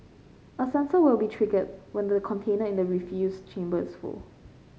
a sensor will be triggered when the container in the refuse chamber is full